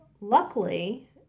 luckily